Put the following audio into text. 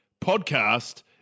podcast